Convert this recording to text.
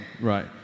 Right